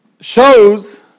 shows